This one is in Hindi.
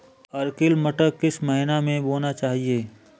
अर्किल मटर किस महीना में बोना चाहिए?